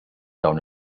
dawn